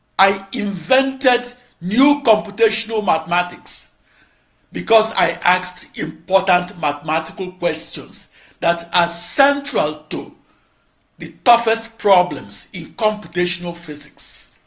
i invented new computational mathematics because i asked important mathematical questions that are central to the toughest problems in computational physics.